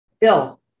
ill